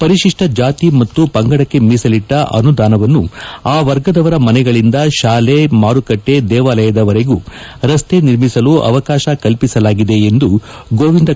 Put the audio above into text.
ಪರಿಶಿಷ್ಟ ಜಾತಿ ಮತ್ತು ಪಂಗಡಕ್ಕೆ ಮೀಸಲಿಟ್ಟ ಅನುದಾನವನ್ನು ಆ ವರ್ಗದವರ ಮನೆಗಳಿಂದ ಶಾಲೆ ಮಾರುಕಟ್ಟೆ ದೇವಾಲಯದವರೆಗೂ ರಸ್ತೆ ನಿರ್ಮಿಸಲು ಅವಕಾಶ ಕಲ್ವಿಸಲಾಗಿದೆ ಎಂದು ಗೋವಿಂದ ಎಂ